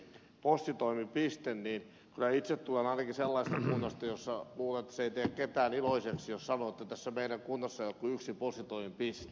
itse kyllä tulen ainakin sellaisesta kunnasta jossa luulen että se ei tee ketään iloiseksi jos sanoo että tässä meidän kunnassa ei ole kuin yksi postitoimipiste